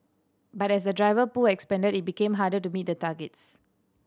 but as the driver pool expanded it became harder to meet the targets